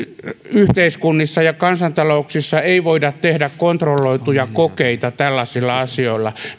yhteiskunnissa ja kansantalouksissa ei voida tehdä kontrolloituja kokeita tällaisilla asioilla